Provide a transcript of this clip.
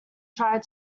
tried